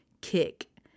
kick